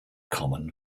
common